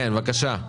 בבקשה,